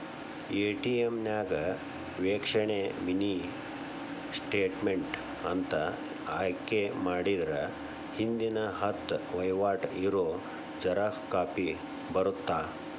ATM ನ್ಯಾಗ ವೇಕ್ಷಣೆ mini statement ಅಂತ ಆಯ್ಕೆ ಮಾಡಿದ್ರ ಹಿಂದಿನ ಹತ್ತ ವಹಿವಾಟ್ ಇರೋ ಜೆರಾಕ್ಸ್ ಕಾಪಿ ಬರತ್ತಾ